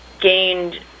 gained